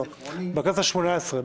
בכנסת השמונה-עשרה,